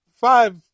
five